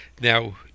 now